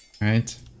Right